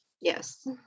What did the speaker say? Yes